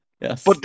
Yes